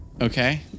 Okay